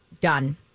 done